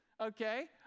okay